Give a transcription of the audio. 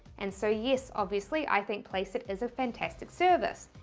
and so yes obviously i think placeit is a fantastic service.